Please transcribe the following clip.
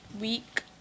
week